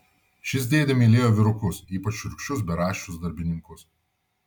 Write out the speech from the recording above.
šis dėdė mylėjo vyrukus ypač šiurkščius beraščius darbininkus